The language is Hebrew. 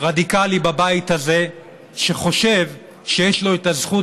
רדיקלי בבית הזה שחושב שיש לו את הזכות